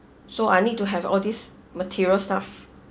so I need to have all these material stuff